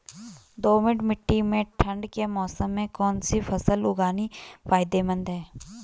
दोमट्ट मिट्टी में ठंड के मौसम में कौन सी फसल उगानी फायदेमंद है?